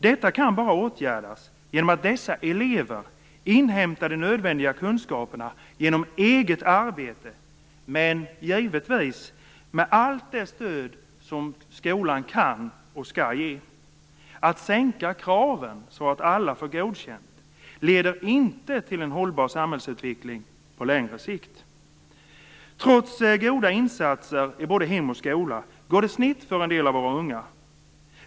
Detta kan bara åtgärdas genom att dessa elever inhämtar de nödvändiga kunskaperna genom eget arbete, men givetvis med allt det stöd som skolan kan och skall ge. Att sänka kraven så att alla får godkänt leder inte till en hållbar samhällsutveckling på längre sikt. Trots goda insatser i både hem och skola går det snett för en del av våra unga.